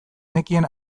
nekien